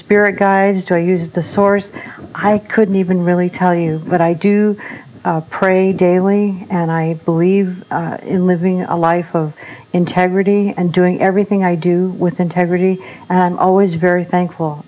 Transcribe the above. spirit guides to use the source i couldn't even really tell you what i do pray daily and i believe in living a life of integrity and doing everything i do with integrity and always very thankful